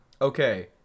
okay